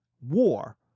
war